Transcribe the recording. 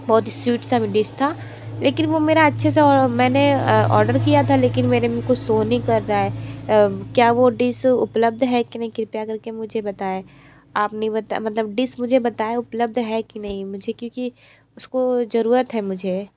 बहुत ही स्वीट सा वो डिश था लेकिन वो मेरा अच्छे से वो मैंने ऑर्डर किया था लेकिन मेरे में कुछ सो नहीं कर रहा है क्या वो डिस उपलब्ध है कि नहीं कृपया कर के मुझे बताये आप नहीं बताए मतलब डिस मुझे बताए उपलब्ध है कि नहीं मुझे क्योंकि उसकी ज़रूरत है मुझे